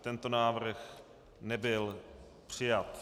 Tento návrh nebyl přijat.